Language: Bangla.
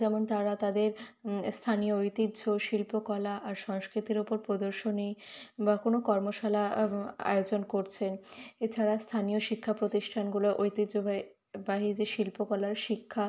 যেমন তারা তাদের স্থানীয় ঐতিহ্য শিল্পকলা আর সংস্কৃতির ওপর প্রদর্শনী বা কোনও কর্মশালা আয়োজন করছেন এছাড়া স্থানীয় শিক্ষা প্রতিষ্ঠানগুলো ঐতিহ্যবাহী বাহী যে শিল্পকলার শিক্ষা